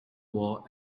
wore